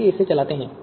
आइए इसे चलाते हैं